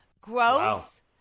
Growth